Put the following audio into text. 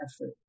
effort